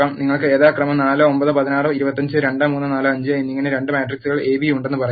നിങ്ങൾക്ക് യഥാക്രമം 4 9 16 25 2 3 4 5 എന്നിങ്ങനെ രണ്ട് മെട്രിക്സുകൾ എ ബി ഉണ്ടെന്ന് പറയാം